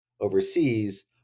overseas